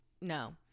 No